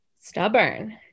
stubborn